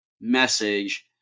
message